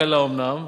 קלה אומנם,